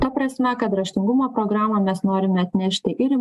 ta prasme kad raštingumo programą mes norime atnešti ir į